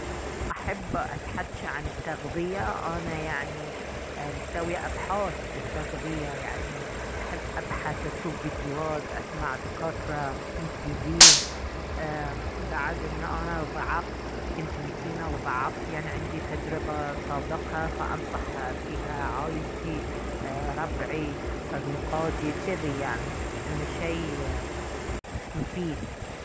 احب اتحجى عن التغذية انا يعني ايه مسوية ابحاث في التغذية يعني احب ابحث اشوف فيديوات اسمع دكاتره مفيدين ايه بعد ان انا ضعفت كنت متينة وضعفت يعني عندي تجربة سابقة فأنصح فيها عايلتي ايه ربعي صديقاتي جذي يعني ان شي مفيد